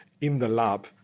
in-the-lab